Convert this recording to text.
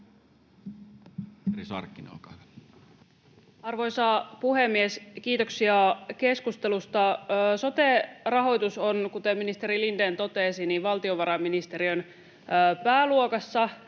Arvoisa puhemies! Kiitoksia keskustelusta. Sote-rahoitus on, kuten edustaja Lindén totesi, valtiovarainministeriön pääluokassa.